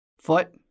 Foot